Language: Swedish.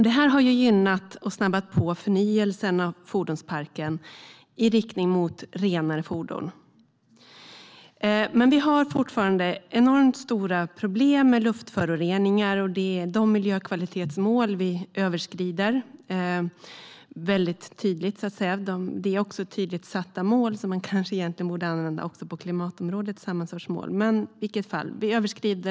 Det har gynnat och snabbat på förnyelsen av fordonsparken i riktning mot renare fordon. Men vi har fortfarande enormt stora problem med luftföroreningar och de miljökvalitetsmål som vi tydligt överskrider. Det är tydligt satta mål, och samma sorts mål borde man egentligen använda också på klimatområdet.